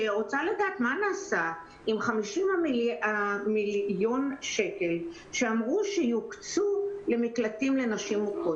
שרוצה לדעת מה נעשה עם 50 מיליון שקל שאמרו שיוקצו למקלטים לנשים מוכות.